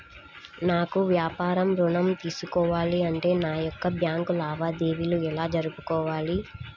నాకు వ్యాపారం ఋణం తీసుకోవాలి అంటే నా యొక్క బ్యాంకు లావాదేవీలు ఎలా జరుపుకోవాలి?